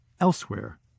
elsewhere